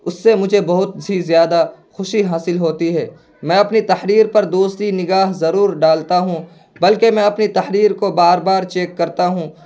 اس سے مجھے بہت سی زیادہ خوشی حاصل ہوتی ہے میں اپنی تحریر پر دوسری نگاہ ضرور ڈالتا ہوں بلکہ میں اپنی تحریر کو بار بار چیک کرتا ہوں